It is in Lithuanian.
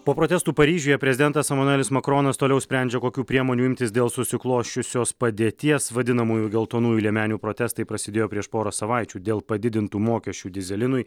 po protestų paryžiuje prezidentas emanuelis makronas toliau sprendžia kokių priemonių imtis dėl susiklosčiusios padėties vadinamųjų geltonųjų liemenių protestai prasidėjo prieš porą savaičių dėl padidintų mokesčių dyzelinui